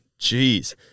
Jeez